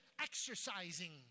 exercising